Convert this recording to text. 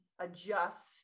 adjust